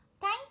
Thank